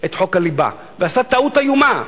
את חוק הליבה, ועשתה טעות איומה.